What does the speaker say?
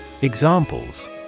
Examples